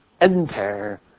enter